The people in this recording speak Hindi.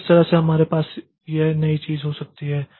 तो इस तरह से हमारे पास यह नई चीज हो सकती है